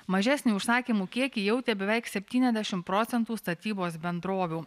mažesnį užsakymų kiekį jautė beveik septyniasdešimt procentų statybos bendrovių